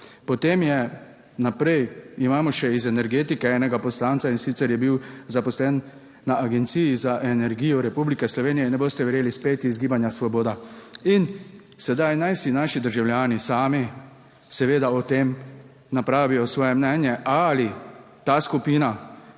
potem je naprej, imamo še iz energetike enega poslanca in sicer je bil zaposlen na Agenciji za energijo Republike Slovenije. In ne boste verjeli, spet iz Gibanja Svoboda. In sedaj naj si naši državljani sami seveda o tem napravijo svoje mnenje, ali ta skupina,